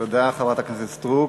תודה, חברת הכנסת סטרוק.